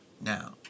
Now